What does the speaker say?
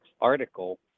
article